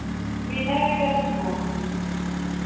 मीठा भी बनाना है